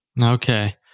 Okay